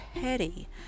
petty